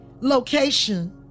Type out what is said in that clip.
location